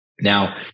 Now